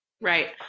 Right